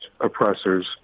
oppressors